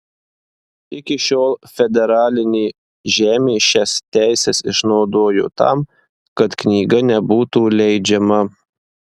iki šiol federalinė žemė šias teises išnaudojo tam kad knyga nebūtų leidžiama